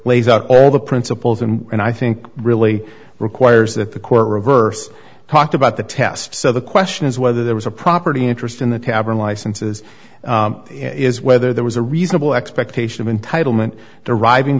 lays out all the principles and i think really requires that the court reverse talked about the test so the question is whether there was a property interest in the tavern licenses is whether there was a reasonable expectation of entitlement deriving